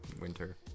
winter